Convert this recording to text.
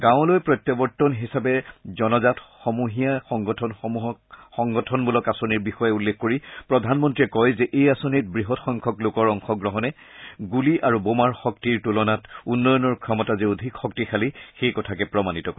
গাঁৱলৈ প্ৰত্যাৱৰ্তন হিচাপে জনাজাত সমূহীয়া সংগঠনমূলক আঁচনিৰ বিষয়ে উল্লেখ কৰি প্ৰধানমন্ত্ৰীয়ে কয় যে এই আঁচনিত বৃহৎ সংখ্যক লোকৰ অংশগ্ৰহণে গুলী আৰু বোমাৰ শক্তিৰ তুলনাত উন্নয়নৰ ক্ষমতা যে অধিক শক্তিশালী সেই কথাকে প্ৰমাণিত কৰে